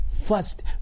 First